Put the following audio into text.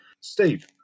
Steve